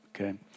okay